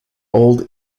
old